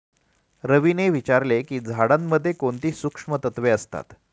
रवीने विचारले की झाडांमध्ये कोणती सूक्ष्म तत्वे असतात?